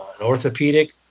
orthopedic